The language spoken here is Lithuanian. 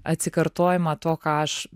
atsikartojimą to ką aš